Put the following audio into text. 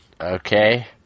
Okay